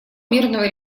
мирного